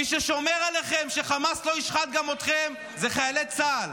מי ששומר עליכם שחמאס לא ישחט גם אתכם זה חיילי צה"ל,